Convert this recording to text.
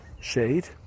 shade